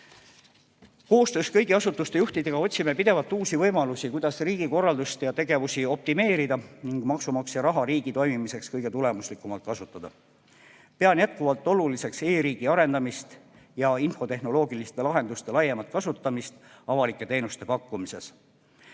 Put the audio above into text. Koostöös kõigi asutuste juhtidega otsime pidevalt uusi võimalusi, kuidas riigikorraldust ja tegevusi optimeerida ning maksumaksja raha riigi toimimiseks kõige tulemuslikumalt kasutada. Pean jätkuvalt oluliseks e-riigi arendamist ja infotehnoloogiliste lahenduste laiemat kasutamist avalike teenuste pakkumisel.